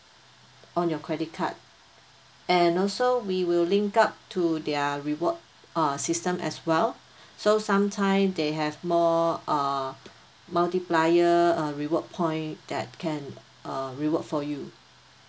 on your credit card and also we will link up to their reward uh system as well so sometimes they have more err multiplier uh reward point that can uh reward for you